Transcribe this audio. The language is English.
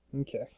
Okay